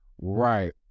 right